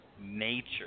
nature